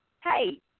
hey